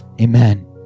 Amen